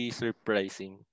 surprising